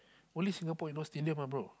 only Singapore you know stadium ah bro